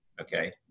okay